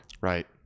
Right